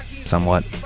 somewhat